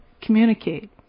communicate